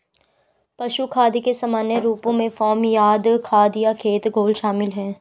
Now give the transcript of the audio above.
पशु खाद के सामान्य रूपों में फार्म यार्ड खाद या खेत घोल शामिल हैं